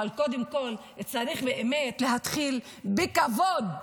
אבל קודם כול צריך באמת להתחיל בכבוד,